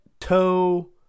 toe